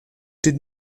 did